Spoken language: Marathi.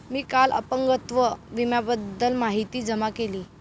मी काल अपंगत्व विम्याबद्दल माहिती जमा केली